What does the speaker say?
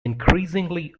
increasingly